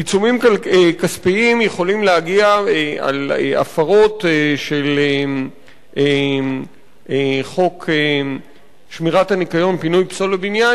עיצומים כספיים על הפרות של חוק שמירת הניקיון (פינוי פסולת בניין)